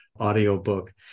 audiobook